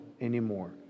anymore